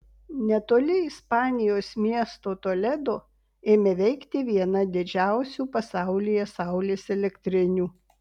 netoli ispanijos miesto toledo ėmė veikti viena didžiausių pasaulyje saulės elektrinių